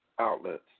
outlets